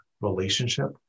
relationship